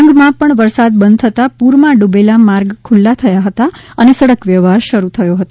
ડાંગ માં પણ વરસાદ બંધ થતાં પૂર માં ડૂબેલા માર્ગ ખુલ્લા થયા હતા ને સડક વ્યવહાર શરૂ થયો હતો